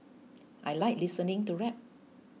I like listening to rap